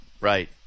right